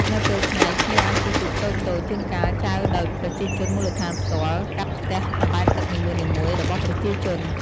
នៅពេលថ្ងៃ ភ្ញៀវអាចជិះទូកតូចៗ ជួនកាលចែវដោយប្រជាជនមូលដ្ឋានផ្ទាល់ កាត់ផ្ទះបណ្ដែតទឹកនីមួយៗរបស់ប្រជាជន។